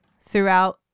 throughout